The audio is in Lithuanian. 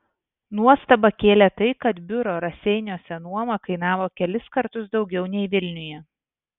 nuostabą kėlė tai kad biuro raseiniuose nuoma kainavo kelis kartus daugiau nei vilniuje